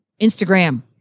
Instagram